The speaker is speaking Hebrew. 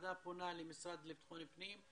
הוועדה פונה למשרד לבטחון פנים,